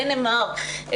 דנמרק,